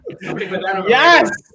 Yes